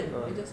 ah